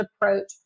approach